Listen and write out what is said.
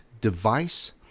device